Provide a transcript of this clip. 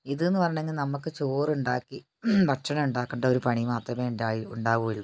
ഇതെന്ന് പറഞ്ഞെങ്കിൽ നമ്മൾക്ക് ചോറുണ്ടാക്കി ഭക്ഷണം ഉണ്ടാക്കേണ്ട ഒരു പണി മാത്രമേ ഉണ്ടാവുകയുള്ളൂ